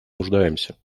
нуждаемся